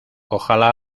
ojalá